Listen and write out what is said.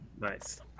Nice